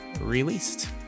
released